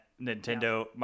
Nintendo